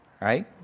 right